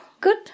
good